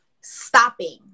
stopping